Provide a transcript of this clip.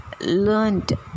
learned